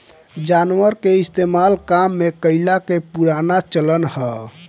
जानवर के इस्तेमाल काम में कइला के पुराना चलन हअ